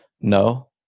No